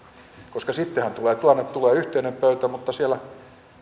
koska sittenhän tulee yhteinen pöytä mutta jos siellä